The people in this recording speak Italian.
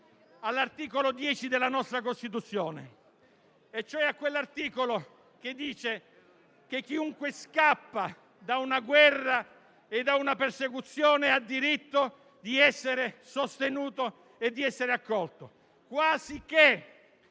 all'articolo 10 della nostra Costituzione, cioè a quell'articolo che dice che chiunque scappa da una guerra e da una persecuzione ha diritto di essere sostenuto e di essere accolto.